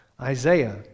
Isaiah